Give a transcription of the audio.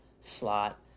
slot